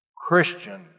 Christian